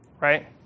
right